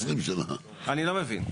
אני לא מבין.